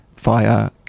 via